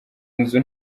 nzu